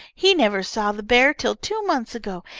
he never saw the bear till two months ago,